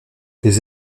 des